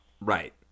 Right